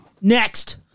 next